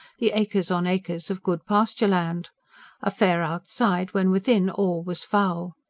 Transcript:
the acres on acres of good pasture-land a fair outside when, within, all was foul.